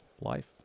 life